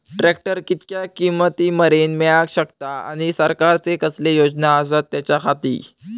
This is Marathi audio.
ट्रॅक्टर कितक्या किमती मरेन मेळाक शकता आनी सरकारचे कसले योजना आसत त्याच्याखाती?